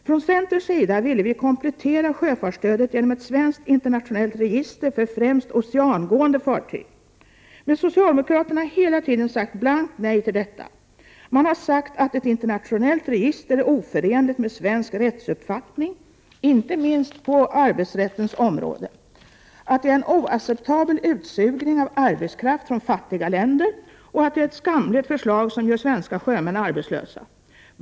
Från centerns sida ville vi komplettera sjöfartsstödet med ett svenskt internationellt register främst för oceangående fartyg. Socialdemokraterna har emellertid hela tiden sagt blankt nej till detta. Man har sagt att ett internationellt register är oförenligt med svensk rättsuppfattning, inte minst på arbetsrättens område, att det är en oacceptabel utsugning av arbetskraft från fattiga länder och att det är ett skamligt förslag som gör svenska sjömän arbetslösa.